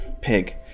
pig